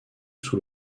sous